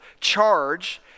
charge